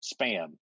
spam